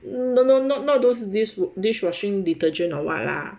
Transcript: no no not not those dish dish washing detergent or what lah